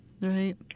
Right